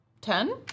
Ten